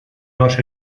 dos